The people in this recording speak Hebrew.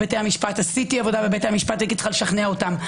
עשיתי עבודה בבתי המשפט, הייתי צריכה לשכנע אותם.